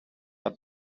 had